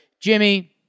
Jimmy